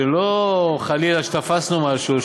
לא חלילה שתפסנו משהו,